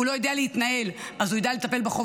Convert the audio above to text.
הוא לא יודע להתנהל, אז הוא ידע לטפל בחובות?